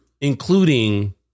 including